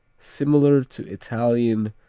similar to italian